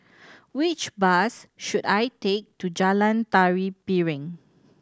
which bus should I take to Jalan Tari Piring